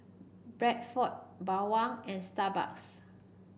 Bradford Bawang and Starbucks